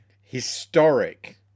historic